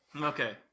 Okay